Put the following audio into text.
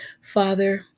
Father